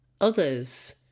others